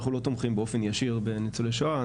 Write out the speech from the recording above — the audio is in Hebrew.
אנחנו לא תומכים באופן ישיר בניצולי שואה,